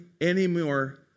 anymore